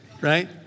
Right